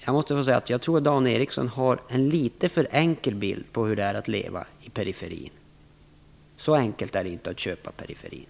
Jag måste få säga att jag tror att Dan Ericsson har en litet för enkel bild av hur det är att leva i periferin. Så enkelt är det inte att köpa periferin.